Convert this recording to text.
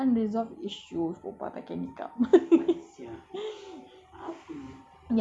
maybe because I have unresolved issue with perempuan pakai niqab